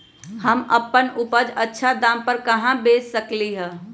हम अपन उपज अच्छा दाम पर कहाँ बेच सकीले ह?